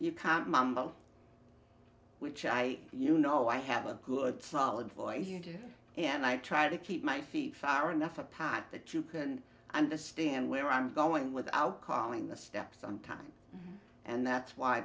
come which i you know i have a good solid voice and i try to keep my feet far enough apart that you can understand where i'm going without calling the steps on time and that's why